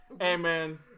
Amen